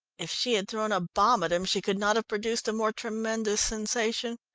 if she had thrown a bomb at him she could not have produced a more tremendous sensation.